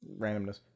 randomness